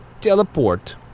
teleport